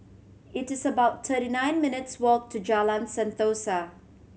it is about thirty nine minutes' walk to Jalan Sentosa